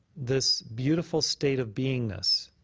this beautiful state of beingness.